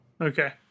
Okay